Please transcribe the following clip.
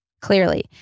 clearly